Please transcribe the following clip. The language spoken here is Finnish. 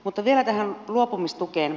mutta vielä tähän luopumistukeen